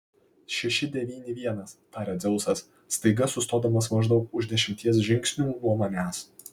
šeši devyni vienas taria dzeusas staiga sustodamas maždaug už dešimties žingsnių nuo manęs